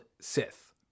sith